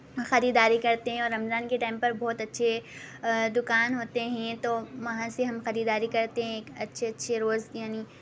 خریداری کرتے ہیں رمضان کے ٹائم پر بہت اچھے دکان ہوتے ہیں تو وہاں سے ہم خریداری کر تے ہیں اچھے اچھے روز یعنی